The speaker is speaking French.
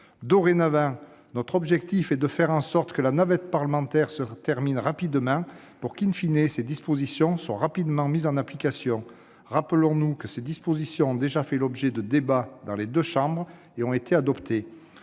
Dorénavant, notre objectif est de faire en sorte que la navette parlementaire se termine rapidement, pour que,, ces dispositions soient rapidement mises en application. Rappelons-nous qu'elles ont déjà fait l'objet de débats dans les deux chambres et qu'elles ont déjà été adoptées.